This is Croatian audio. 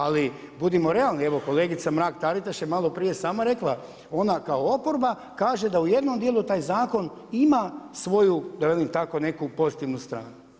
Ali, budimo realni, evo kolegica Mrak Taritaš je malo prije sama rekla, ona kao oporba kaže da u jednom dijelu taj zakon ima svoju da velim tako neku pozitivnu stranu.